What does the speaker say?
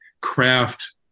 craft